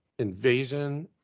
invasion